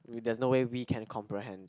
there's no way we can comprehend